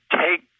take